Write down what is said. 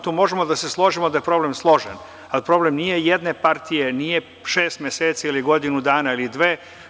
Tu možemo da se složimo da je problem složen, da problem nije jedne partije, nije šest meseci ili godinu dana ili dve.